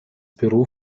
büro